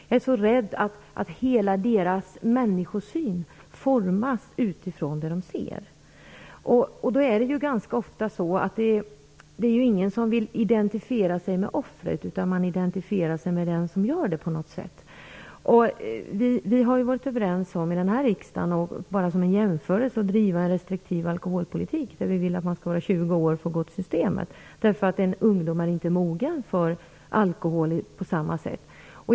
Jag är så rädd för att hela deras människosyn formas utifrån det de ser. Ofta är det så att ingen vill identifiera sig med offret, utan man identifierar sig med den som begår våldshandlingen. Vi har i denna riksdag varit överens om - bara som en jämförelse - att driva en restriktiv alkoholpolitik. Vi vill att man skall ha fyllt 20 år för att gå till Systemet. En ungdom är inte mogen för alkohol.